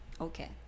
okay